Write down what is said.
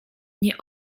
nie